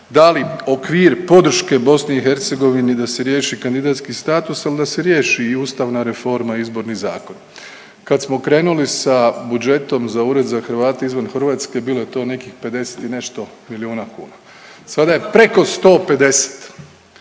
dali okvir podrške BiH da se riješi kandidatski status, ali da se riješi i ustavna reforma i izborni zakon. Kad smo krenuli sa budžetom za Ured za Hrvate izvan Hrvatske bilo je to nekih 50 i nešto milijuna kuna, sada je preko 150.